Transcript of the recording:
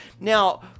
Now